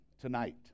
tonight